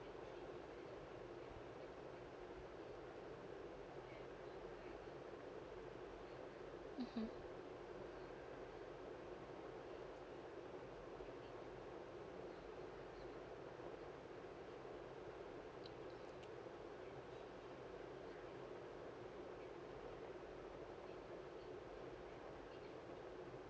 mmhmm